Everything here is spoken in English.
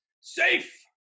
safe